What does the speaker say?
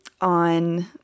on